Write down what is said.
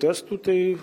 testų tai